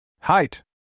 Height